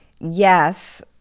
Yes